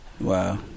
Wow